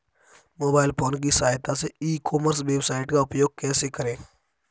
Mobile phone की सहायता से ई कॉमर्स वेबसाइट का उपयोग कैसे करें?